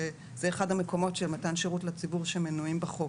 וזה אחד המקומות של מתן שירות לציבור מהמקומות שמנויים בחוק.